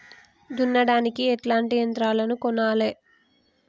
దున్నడానికి ఎట్లాంటి యంత్రాలను కొనాలే?